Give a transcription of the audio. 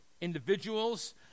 individuals